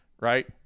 Right